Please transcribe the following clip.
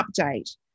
update